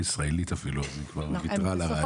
ישראלית אפילו אז היא כבר ויתרה על הרעיון.